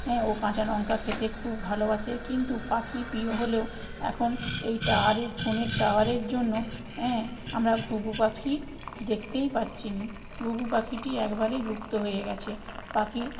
হ্যাঁ ও কাঁচা লঙ্কা খেতে খুব ভালোবাসে কিন্তু পাখি প্রিয় হলেও এখন এই টাওয়ারের ফোনের টাওয়ারের জন্য হ্যাঁ আমরা ঘুঘু পাখি দেখতেই পাচ্ছি না ঘুঘু পাখিটি একবারেই লুপ্ত হয়ে গেছে পাখি